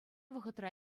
вӑхӑтра